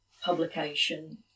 publication